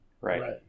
Right